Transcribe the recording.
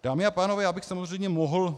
Dámy a pánové, já bych samozřejmě mohl...